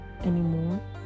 anymore